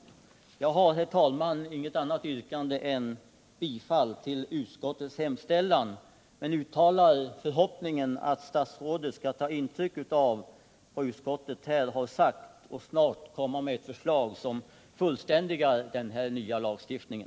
Jag har, herr talman, inget annat yrkande än om bifall till utskottets hemställan men uttalar förhoppningen att statsrådet skall ta intryck av vad utskottet här har sagt och snart komma med ett förslag som fullständigar den nya lagstiftningen.